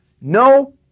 no